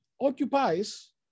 occupies